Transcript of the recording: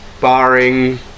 barring